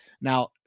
Now